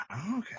Okay